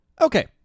Okay